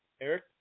Eric